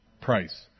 Price